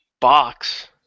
box